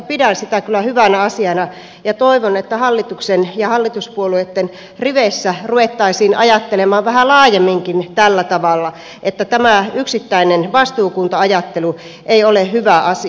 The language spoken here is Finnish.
pidän sitä kyllä hyvänä asiana ja toivon että hallituksen ja hallituspuolueitten riveissä ruvettaisiin ajattelemaan vähän laajemminkin tällä tavalla että tämä yksittäinen vastuukunta ajattelu ei ole hyvä asia